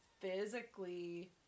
physically